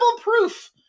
proof